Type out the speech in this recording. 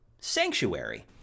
sanctuary